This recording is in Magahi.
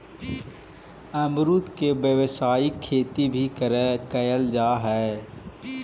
अमरुद के व्यावसायिक खेती भी कयल जा हई